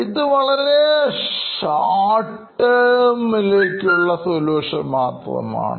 ഇത് ചെറിയ കാലത്തേക്കുള്ളസൊലൂഷൻമാത്രമാണ്